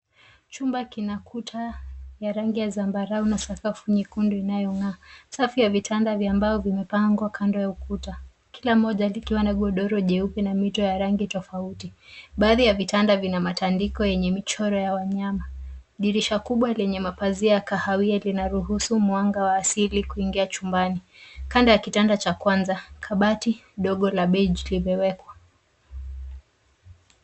Chumba kina kuta ya rangi ya zambarau na sakafu nyekundu inayong'aa. Safu ya vitanda vya mbao vimepangwa kando ya ukuta kila moja likiwa na godoro jeupe na moto ya rangi tofauti. Baadhi ya vitanda ina matandiko yenye michoro ya wanyama. Dirisha kubwa lenye mapazia ya kahawia linaruhusu mwanga wa asili kuingia chumbani. Kando ya kitanda cha kwanza kabati dogo la beige limewekwa.